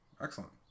Excellent